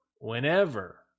whenever